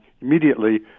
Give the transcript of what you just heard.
immediately